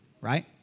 right